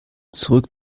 zurück